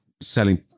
selling